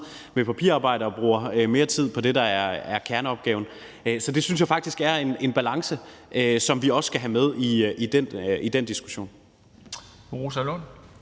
med papirarbejde og bruger mere tid på det, der er kerneopgaven. Så det synes jeg faktisk er en balance, som vi også skal have med i den diskussion.